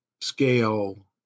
scale